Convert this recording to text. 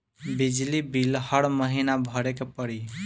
बिजली बिल हर महीना भरे के पड़ी?